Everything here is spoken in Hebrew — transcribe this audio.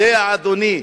יודע אדוני,